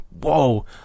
whoa